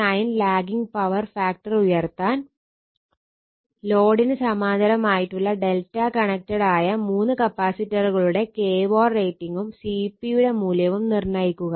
9 lagging power factor ഉയർത്താൻ ലോഡിന് സമാന്തരമായിട്ടുള്ള Δ കണക്റ്റഡ് ആയ മൂന്ന് കപ്പാസിറ്ററുകളുടെ kVAr റേറ്റിംഗും Cp യുടെ മൂല്യവും നിർണ്ണയിക്കുക